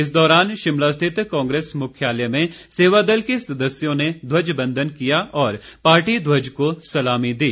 इस दौरान शिमला स्थित कांग्रेस मुख्यालय में सेवादल के सदस्यों ने ध्वजबंधन किया और पार्टी ध्वज को सलामी दी